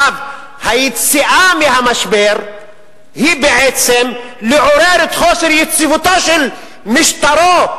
היציאה מהמשבר היא בעצם לעורר את חוסר יציבותו של משטרו,